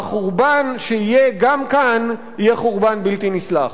והחורבן שיהיה גם כאן יהיה חורבן בלתי נסלח.